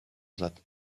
that